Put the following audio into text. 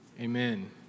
Amen